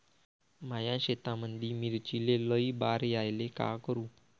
माया शेतामंदी मिर्चीले लई बार यायले का करू?